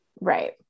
Right